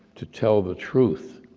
to tell the truth,